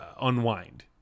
unwind